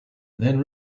then